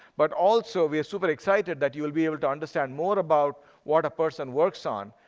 but also, we are super excited that you will be able to understand more about what a person works on.